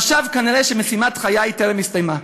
חשב כנראה שמשימת חיי טרם הסתיימה,